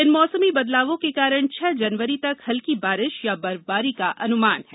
इन मौसमी बदलावों के कारण छह जनवरी तक हल्की बारिश या बर्फबारी का अनुमान है